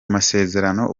masezerano